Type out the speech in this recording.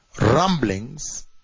rumblings